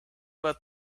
but